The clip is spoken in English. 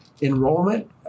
enrollment